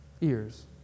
Ears